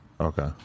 Okay